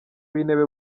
w’intebe